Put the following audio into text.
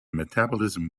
metabolism